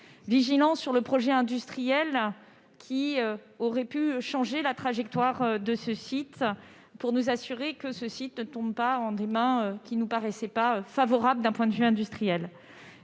Vigilants sur le projet industriel, qui aurait pu changer la trajectoire de ce site, pour nous assurer que ce dernier ne tombe pas entre des mains peu favorables d'un point de vue industriel.